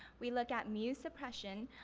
we look at new suppression,